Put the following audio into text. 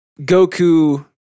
Goku